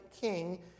king